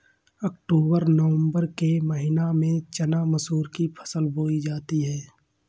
अक्टूबर नवम्बर के महीना में चना मसूर की फसल बोई जाती है?